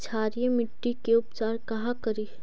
क्षारीय मिट्टी के उपचार कहा करी?